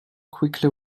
quickly